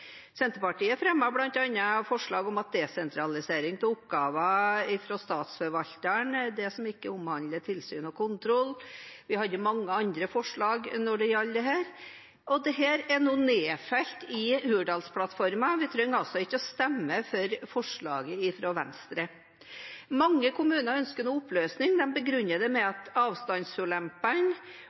Senterpartiet fremmet bl.a. forslag om desentralisering av oppgaver fra statsforvalteren, det som ikke omhandler tilsyn og kontroll. Vi hadde også mange andre forslag når det gjaldt dette. Dette er nå nedfelt i Hurdalsplattformen, og vi trenger altså ikke å stemme for forslaget fra Venstre. Mange kommuner ønsker nå oppløsning. De begrunner det med at avstandsulempene